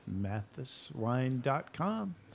mathiswine.com